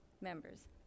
members